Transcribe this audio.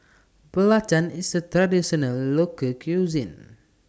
Belacan IS A Traditional Local Cuisine